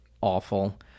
awful